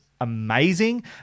amazing